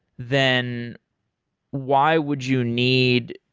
then why would you need